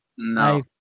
no